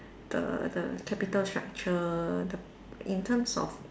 the the capital structure the in terms of